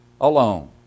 alone